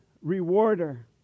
Rewarder